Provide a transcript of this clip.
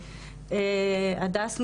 הדס מעל"ם,